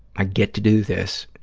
i get to do this,